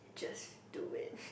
just do it